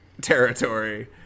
territory